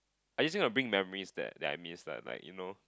I using a bring memories that that I miss lah like you know